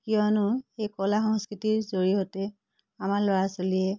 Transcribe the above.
কিয়নো সেই কলা সংস্কৃতিৰ জৰিয়তে আমাৰ ল'ৰা ছোৱালীয়ে